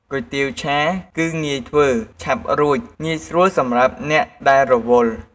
គុយទាវឆា គឺ ងាយធ្វើ ឆាប់រួច ងាយស្រួលសម្រាប់អ្នកដែលរវល់។